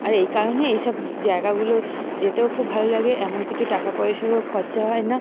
আর এই কারণে এই সব জায়গাগুলো যেতেও খুব ভালো লাগে এমন কিছু টাকা পয়সারও খরচা হয় না